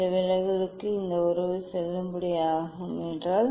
இந்த விலகலுக்கு இந்த உறவு செல்லுபடியாகும் என்றால்